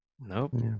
nope